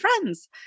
friends